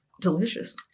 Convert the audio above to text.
Delicious